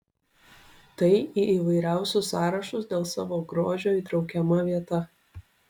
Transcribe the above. tai į įvairiausius sąrašus dėl savo grožio įtraukiama vieta